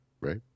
right